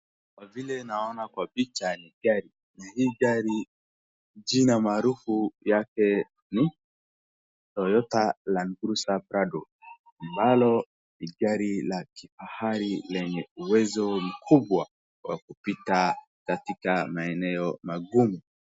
Kwa vile naona kwa picha ni gari na hii gari jina maarufu yake ni Toyota land cruiser Prado ambalo ni gari la kifahari lenye uwezo mkubwa kwa kupita maeneo magumu.